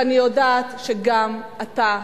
ואני יודעת שגם אתה,